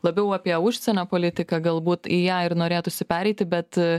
labiau apie užsienio politiką galbūt į ją ir norėtųsi pereiti bet